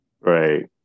right